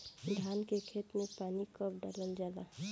धान के खेत मे पानी कब डालल जा ला?